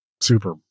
super